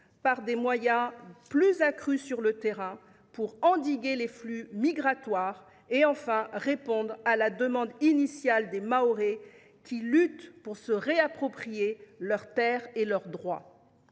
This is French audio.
par des moyens encore accrus sur le terrain pour endiguer les flux migratoires et, enfin, répondre à la demande initiale des Mahorais, qui luttent pour se réapproprier leurs terres et leurs droits.